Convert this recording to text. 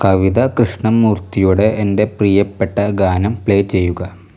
കവിതാ കൃഷ്ണമൂർത്തിയുടെ എൻ്റെ പ്രിയപ്പെട്ട ഗാനം പ്ലേ ചെയ്യുക